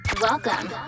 Welcome